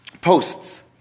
posts